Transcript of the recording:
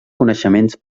coneixements